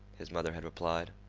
his mother had replied.